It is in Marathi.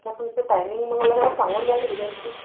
अच्छा तुमचं टायमिंग मग मला सांगून द्याल